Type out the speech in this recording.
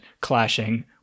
clashing